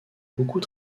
beaucoup